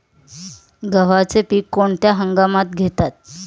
गव्हाचे पीक कोणत्या हंगामात घेतात?